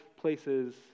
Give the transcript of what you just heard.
places